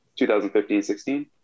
2015-16